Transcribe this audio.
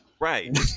Right